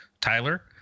Tyler